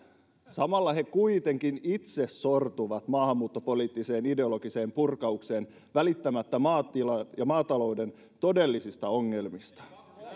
samalla he kuitenkin itse sortuvat maahanmuuttopoliittiseen ideologiseen purkaukseen välittämättä maatilojen ja maatalouden todellisista ongelmista